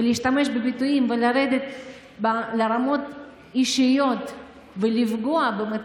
להשתמש בביטויים ולרדת לרמות אישיות במטרה